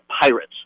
Pirates